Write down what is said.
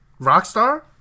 Rockstar